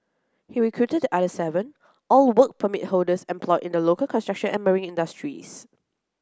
he recruited the other seven all Work Permit holders employed in the local construction and marine industries